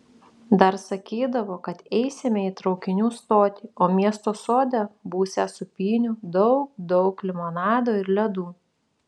dar sakydavo kad eisime į traukinių stotį o miesto sode būsią sūpynių daug daug limonado ir ledų